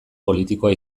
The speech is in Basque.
politikoa